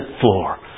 floor